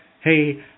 hey